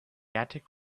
attic